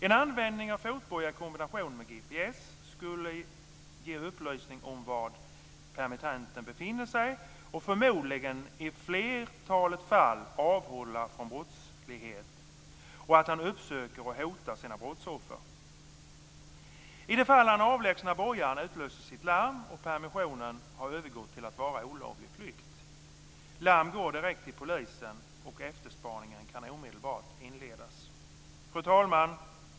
En användning av fotboja i kombination med GPS skulle ge upplysning om var permittenten befinner sig och förmodligen i flertalet fall avhålla honom från brottslighet och från att uppsöka och hota sina brottsoffer. I det fall han avlägsnar bojan utlöses ett larm, och permissionen har övergått till att vara olovlig flykt. Larm går direkt till polisen, och efterspaningen kan omedelbart inledas. Fru talman!